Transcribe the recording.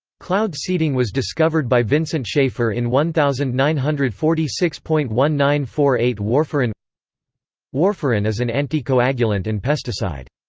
cloud seeding was discovered by vincent schaefer in one thousand nine hundred and forty six point one nine four eight warfarin warfarin is an anticoagulant and pesticide.